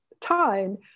time